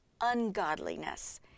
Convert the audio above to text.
ungodliness